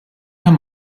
how